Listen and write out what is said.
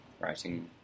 writing